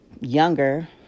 Younger